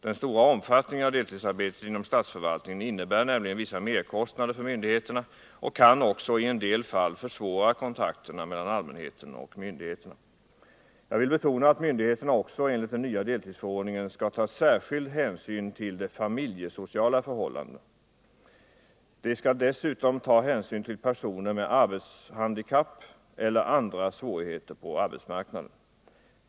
Den stora omfattningen av deltidsarbetet inom statsförvaltningen innebär nämligen vissa merkostnader för myndigheterna och kan också i en del fall försvåra kontakterna mellan allmänheten och myndigheten. Jag vill betona att myndigheterna också enligt den nya deltidsförordningen skall ta särskild hänsyn till familjesociala förhållanden. De skall dessutom ta hänsyn till personer med arbetshandikapp eller andra svårigheter på årbetsmarknaden.